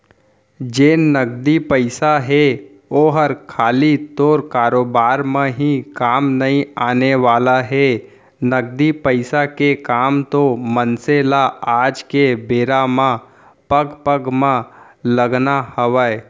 जेन नगदी पइसा हे ओहर खाली तोर कारोबार म ही काम नइ आने वाला हे, नगदी पइसा के काम तो मनसे ल आज के बेरा म पग पग म लगना हवय